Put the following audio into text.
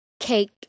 cake